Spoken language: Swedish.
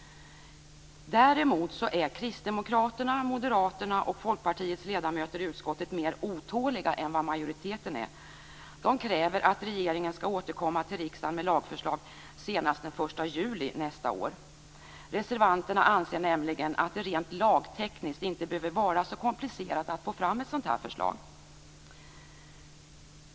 Däremot är kristdemokraterna, moderaterna och Folkpartiets ledamöter i utskottet mer otåliga än vad majoriteten är. De kräver att regeringen skall återkomma till riksdagen med lagförslag senast den 1 juli nästa år. Reservanterna anser nämligen att det rent lagtekniskt inte behöver vara så komplicerat att få fram ett sådant förslag.